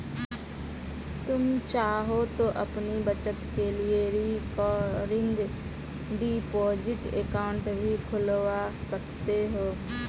तुम चाहो तो अपनी बचत के लिए रिकरिंग डिपॉजिट अकाउंट भी खुलवा सकते हो